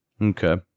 Okay